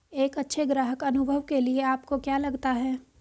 एक अच्छे ग्राहक अनुभव के लिए आपको क्या लगता है?